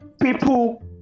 People